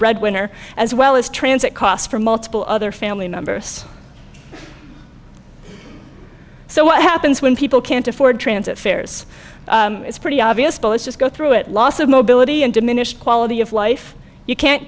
breadwinner as well as transit costs for multiple other family members so what happens when people can't afford transit fares it's pretty obvious just go through it loss of mobility and diminished quality of life you can't